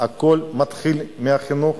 הכול מתחיל בחינוך